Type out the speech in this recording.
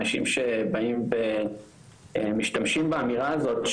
האנשים שבאים ומשתמשים באמירה הזאת,